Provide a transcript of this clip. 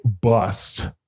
bust